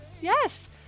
Yes